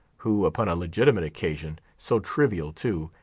who, upon a legitimate occasion, so trivial, too,